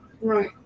right